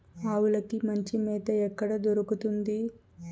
ఆవులకి మంచి మేత ఎక్కడ దొరుకుతుంది?